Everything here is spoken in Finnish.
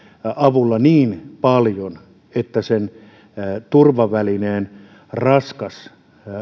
avulla niin paljon että turvavälineen raskas